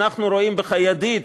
אנחנו רואים בך ידיד,